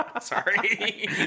Sorry